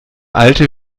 alte